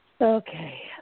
Okay